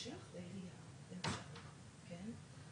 צריך לדייק את זה לכיוון של השכירות,